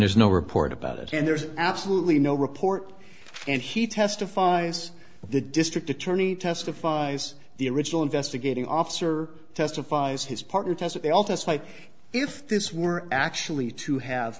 there's no report about it and there's absolutely no report and he testifies the district attorney testifies the original investigating officer testifies his partner has it all to us like if this were actually to have